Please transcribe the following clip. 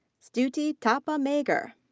stuti thapa magar.